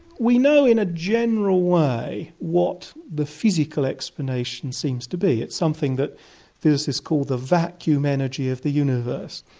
we know in a general way what the physical explanation seems to be. it's something that physicists call the vacuum energy of the universe.